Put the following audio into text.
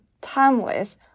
timeless